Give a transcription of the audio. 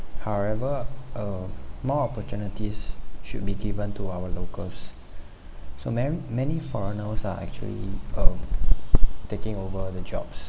however uh more opportunities should be given to our locals so ma~ many foreigners are actually uh taking over the jobs